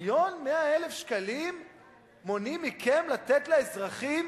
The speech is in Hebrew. מיליון ו-100,000 שקלים מונעים מכם לתת לאזרחים